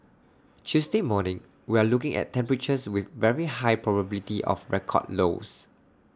Tuesday morning we're looking at temperatures with very high probability of record lows